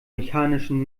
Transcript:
mechanischen